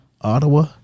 Ottawa